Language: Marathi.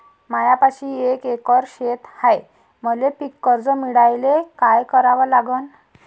मायापाशी एक एकर शेत हाये, मले पीककर्ज मिळायले काय करावं लागन?